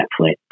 Netflix